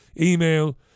email